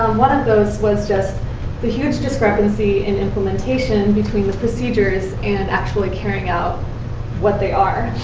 um one of those was just the huge discrepancy in implementation between the procedures, and actually carrying out what they are.